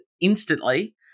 instantly